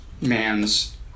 man's